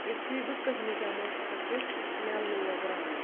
یِتُھے بہٕ کٔہمہِ جَمٲژ کٔھژٕس مےٚ لوگ رَنُن